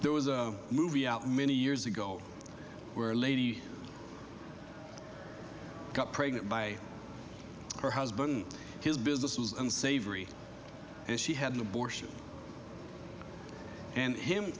there was a movie out many years ago where a lady got pregnant by her husband his business was unsavory and she had an abortion and him